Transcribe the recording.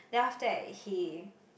then after that he